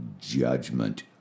judgment